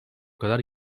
kadar